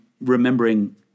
remembering